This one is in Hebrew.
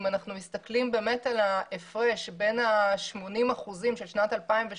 אם אנחנו מסתכלים על ההפרש בין ה-80% של שנת 2017,